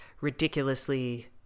ridiculously